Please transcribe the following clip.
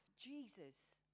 Jesus